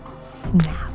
snap